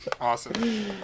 Awesome